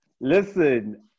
Listen